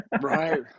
Right